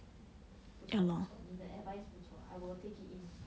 不错不错你的 advice 不错 I will take it in